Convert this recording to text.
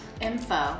info